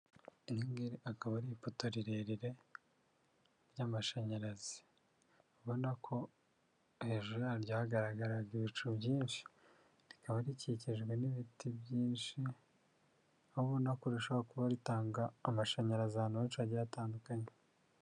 Iringiri akaba ari ipoto rirerire ry'amashanyarazi, ubona ko hejuru yaryo hagaragaraga ibicu byinshi rikaba rikikijwe n'ibiti byinshi ubona kuru rishobora kuba ritanga amashanyarazi ahantu henshi hagiye hatandukanye.